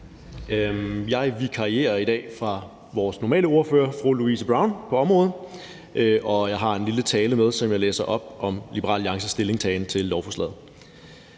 Jeg vikarierer i dag for vores normale ordfører på området, fru Louise Brown, og jeg har en lille tale med, som jeg læser op, om Liberal Alliances stillingtagen til lovforslaget.